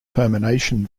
termination